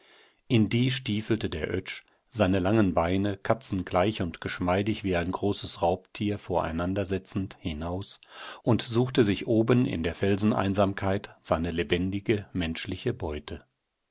in die stiefelte der oetsch seine langen beine katzengleich und geschmeidig wie ein großes raubtier voreinander setzend hinaus und suchte sich oben in der felseneinsamkeit seine lebendige menschliche beute